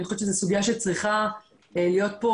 אני חושבת שזו סוגיה שצריכה להיות פה